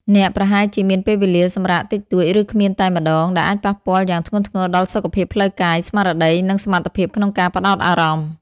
អ្នកប្រហែលជាមានពេលវេលាសម្រាកតិចតួច ឬគ្មានតែម្តង ដែលអាចប៉ះពាល់យ៉ាងធ្ងន់ធ្ងរដល់សុខភាពផ្លូវកាយ ស្មារតី និងសមត្ថភាពក្នុងការផ្តោតអារម្មណ៍។